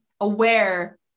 aware